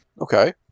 Okay